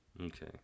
Okay